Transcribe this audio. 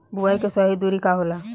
बुआई के सही दूरी का होला?